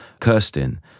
Kirsten